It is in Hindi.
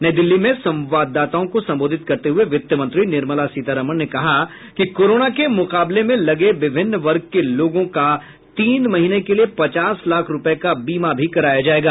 नई दिल्ली में संवाददाताओं को संबोधित करते हुए वित्त मंत्री निर्मला सीतारमन ने कहा कि कोरोना के मुकाबले में लगे विभिन्न वर्ग के लोगों का तीन महीने के लिए पचास लाख रूपये का बीमा भी कराया जाएगा